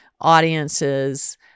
audiences